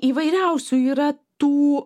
įvairiausių yra tų